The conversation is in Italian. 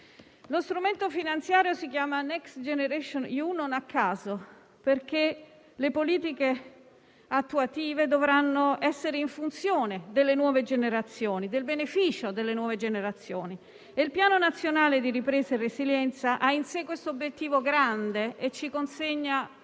lo strumento finanziario si chiama Next generation EU non a caso, perché le politiche attuative dovranno essere in funzione del beneficio delle nuove generazioni. Il Piano nazionale di ripresa e resilienza ha in sé questo obiettivo grande e ci consegna